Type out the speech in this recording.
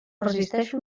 resisteixo